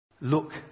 look